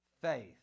faith